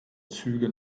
züge